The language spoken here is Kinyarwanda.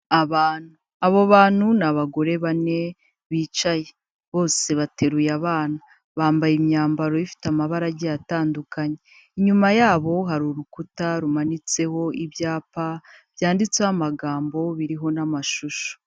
Abantu, abo bantu ni abagore bane bicaye, bose bateruye abana bambaye imyambaro ifite amabara agiye atandukanye, inyuma yabo hari urukuta rumanitseho ibyapa byanditseho amagambo biriho n'amashusho.